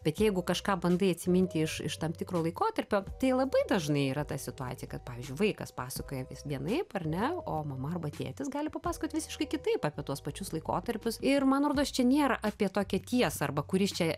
bet jeigu kažką bandai atsiminti iš iš tam tikro laikotarpio tai labai dažnai yra ta situacija kad pavyzdžiui vaikas pasakoja vis vienaip ar ne o mama arba tėtis gali papasakot visiškai kitaip apie tuos pačius laikotarpius ir man rodos čia nėra apie tokią tiesą arba kuris čia